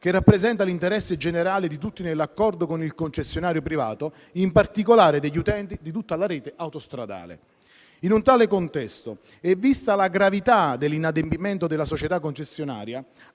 che rappresenta l'interesse generale di tutti nell'accordo con il concessionario privato, in particolare degli utenti di tutta la rete autostradale. In un tale contesto e vista la gravità dell'inadempimento della società concessionaria